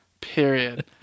Period